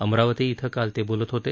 अमरावती धिं काल ते बोलत होते